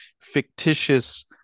fictitious